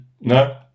no